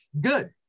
good